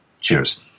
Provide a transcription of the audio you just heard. Cheers